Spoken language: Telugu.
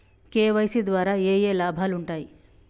కే.వై.సీ ద్వారా ఏఏ లాభాలు ఉంటాయి?